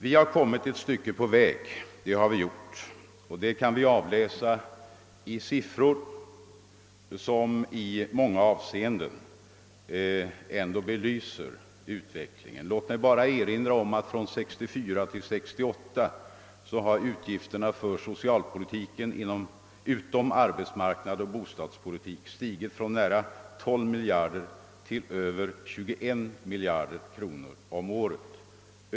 Vi har kommit ett stycke på vägen, vilket vi kan avläsa siffermässigt i många avseenden. Jag vill bara erinra om att utgifterna för socialpolitiken från 1964 till 1968, bortsett från arbetsmarknadsoch bostadspolitiken, stigit från nära 12 miljarder till över 21 miljarder kronor.